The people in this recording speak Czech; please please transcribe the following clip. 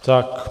Tak.